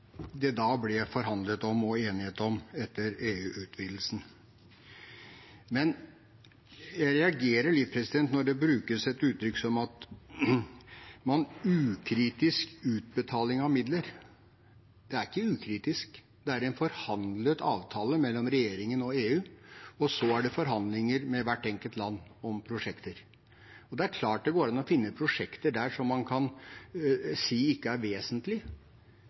det da ble forhandlet om og enighet om etter EU-utvidelsen. Men jeg reagerer litt når det brukes uttrykk som ukritisk utbetaling av midler. Det er ikke ukritisk, det er en forhandlet avtale mellom regjeringen og EU, og så er det forhandlinger med hvert enkelt land om prosjekter. Det er klart det går an å finne prosjekter der som man kan si ikke er